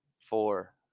four